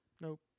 nope